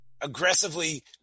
aggressively